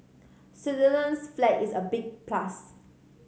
Switzerland's flag is a big plus